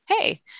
hey